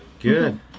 Good